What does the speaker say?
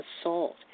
assault